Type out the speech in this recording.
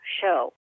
show